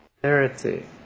clarity